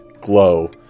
glow